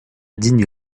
digne